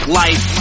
life